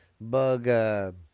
bug